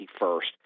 first